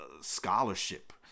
scholarship